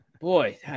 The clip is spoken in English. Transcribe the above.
boy